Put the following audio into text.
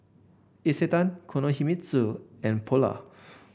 Isetan Kinohimitsu and Polar